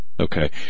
Okay